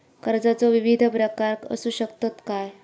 कर्जाचो विविध प्रकार असु शकतत काय?